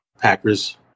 Packers